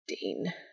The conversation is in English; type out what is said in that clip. Dean